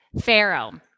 Pharaoh